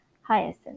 Hyacinth